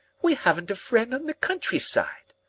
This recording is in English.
we haven't a friend on the countryside.